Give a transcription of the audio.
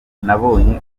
nabonye